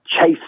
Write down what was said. chase